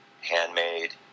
handmade